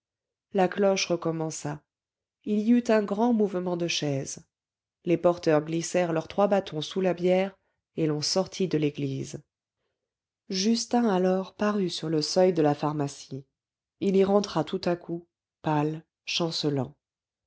la cloche recommença il y eut un grand mouvement de chaises les porteurs glissèrent leurs trois bâtons sous la bière et l'on sortit de l'église justin alors parut sur le seuil de la pharmacie il y rentra tout à coup pâle chancelant